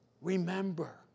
Remember